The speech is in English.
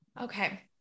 Okay